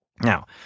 now